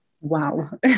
Wow